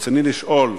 רצוני לשאול: